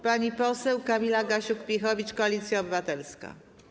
Pani poseł Kamila Gasiuk-Pihowicz, Koalicja Obywatelska.